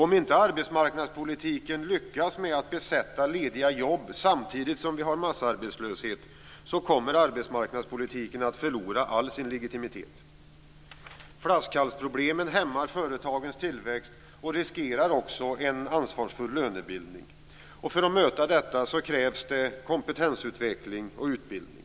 Om inte arbetsmarknadspolitiken lyckas med att besätta lediga jobb samtidigt som vi har massarbetslöshet, kommer arbetsmarknadspolitiken att förlora all sin legitimitet. Flaskhalsproblemen hämmar företagens tillväxt och leder till risker när det gäller en ansvarsfull lönebildning. För att möta detta krävs kompetensutveckling och utbildning.